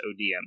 ODM